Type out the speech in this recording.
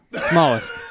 Smallest